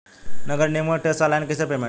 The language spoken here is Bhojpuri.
नगर निगम के टैक्स ऑनलाइन कईसे पेमेंट होई?